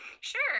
Sure